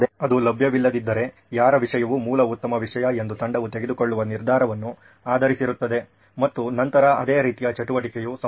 ಅದು ಲಭ್ಯವಿಲ್ಲದಿದ್ದರೆ ಯಾರ ವಿಷಯವು ಮೂಲ ಉತ್ತಮ ವಿಷಯ ಎಂದು ತಂಡವು ತೆಗೆದುಕೊಳ್ಳುವ ನಿರ್ಧಾರವನ್ನು ಆಧರಿಸಿರುತ್ತದೆ ಮತ್ತು ನಂತರ ಅದೇ ರೀತಿಯ ಚಟುವಟಿಕೆಯು ಸಂಭವಿಸುತ್ತದೆ